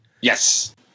Yes